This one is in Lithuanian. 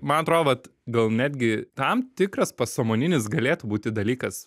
man atrodo vat gal netgi tam tikras pasąmoninis galėtų būti dalykas